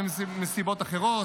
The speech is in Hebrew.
בין אם זה מסיבות אחרות.